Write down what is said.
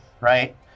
right